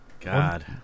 God